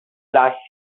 last